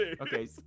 Okay